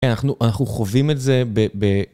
אנחנו, אנחנו חווים את זה ב...